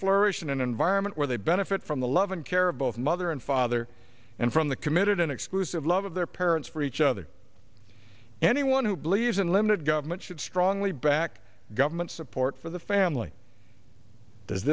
flourish in an environment where they benefit from the love and care of both mother and father and from the committed an exclusive love of their parents for each other anyone who believes in limited government should strongly back government support for the family does